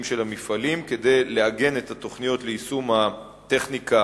של המפעלים כדי לעגן את התוכניות ליישום הטכניקה